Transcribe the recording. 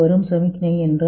சமிக்ஞை என்றால் என்ன